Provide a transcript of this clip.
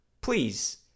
please